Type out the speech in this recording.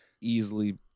easily